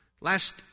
Last